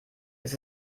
ist